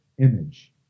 image